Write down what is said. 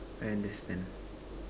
I understand